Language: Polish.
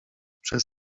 przez